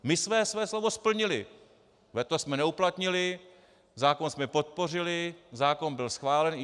My jsme své slovo splnili, veto jsme neuplatnili, zákon jsme podpořili, zákon byl schválen.